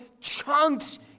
chunks